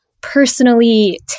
personally